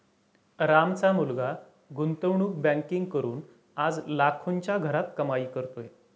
रामचा मुलगा गुंतवणूक बँकिंग करून आज लाखोंच्या घरात कमाई करतोय